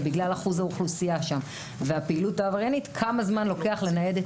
בגלל אחוז האוכלוסייה שם והפעילות העבריינית כמה זמן לוקח לניידת